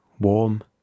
warm